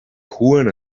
juan